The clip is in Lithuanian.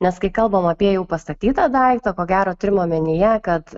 nes kai kalbam apie jau pastatytą daiktą ko gero turim omenyje kad